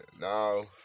now